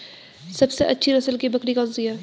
सबसे अच्छी नस्ल की बकरी कौन सी है?